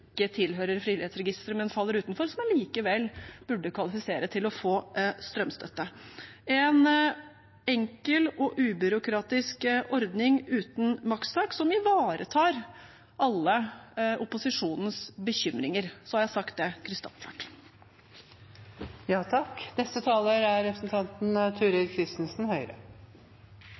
tilhører frivillighetsregisteret, som faller utenfor, men likevel burde kvalifisere til å få strømstøtte. Dette er en enkel og ubyråkratisk ordning uten makstak som ivaretar alle bekymringene til opposisjonen. Så har jeg sagt det